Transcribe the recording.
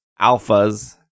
alphas